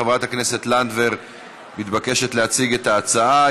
חברת הכנסת לנדבר מתבקשת להציג את ההצעה.